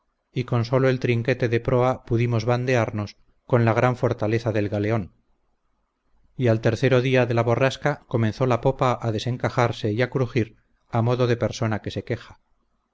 y con solo el trinquete de proa pudimos vandearnos con la gran fortaleza del galeón y al tercero día de la borrasca comenzó la popa a desencajarse y a crujir a modo de persona que se queja